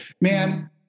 Man